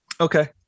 Okay